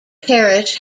parish